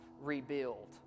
rebuild